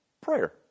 Prayer